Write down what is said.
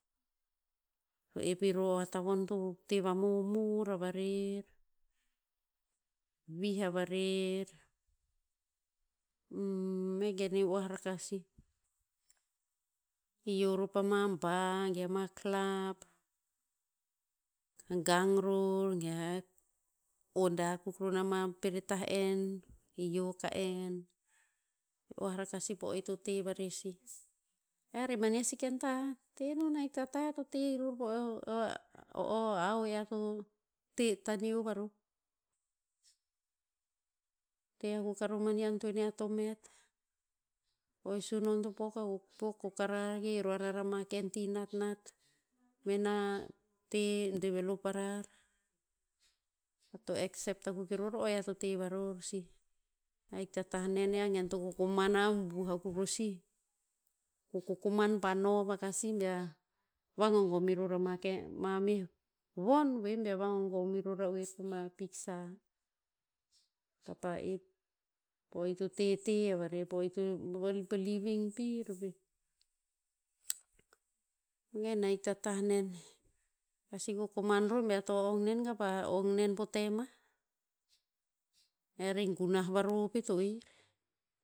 To ep i ror o o a tavon to te vamomor a varer, viah a varer. vegen e oah raka sih. I hio ror pama ba ge ama clab, ka gang ror ge ea oda akuk ro na ma peret tah en. I hio ka en. E oah raka sih po o ir to te varer sih. Ear he mani a sih ken tahat, te enon a ta ta ear to te eror po o- o- o hao ear to te taneo varor. Te akuk a ror mani antoen ear to met. O e sunon to pok o karar ki he ro arar ama ken ti natnat mena te develop arar. Ear to eksep akuk e ror o ear to te varor sih. Ahik ta tah nen ear gen to kokoman na abuh akuk ro sih. Ko kokoman pa nov aka si bea vagogom i ror ama ke, ma meh von ve bear vagogom i ror ra'oer pama piksa. Kapa ep, po o ito te te a varer po o ito po living pir veh. I gen ahik ta tah nen. Pasi kokoman ror bear to ong nen kapa ong nen po tem ah? Ear he gunah varov pet o er.